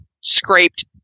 scraped